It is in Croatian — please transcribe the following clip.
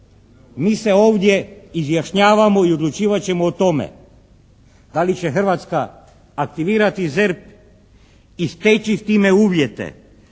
Mi se ovdje izjašnjavamo i odlučivat ćemo o tome, da li će Hrvatska aktivirati ZERP i steći s time uvjete